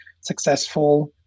successful